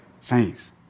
Saints